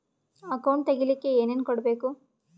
Account ತೆಗಿಲಿಕ್ಕೆ ಏನೇನು ಕೊಡಬೇಕು?